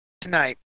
tonight